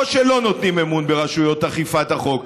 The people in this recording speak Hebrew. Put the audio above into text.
שלא נותנים אמון ברשויות אכיפת החוק,